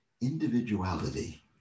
individuality